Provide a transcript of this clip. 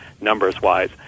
numbers-wise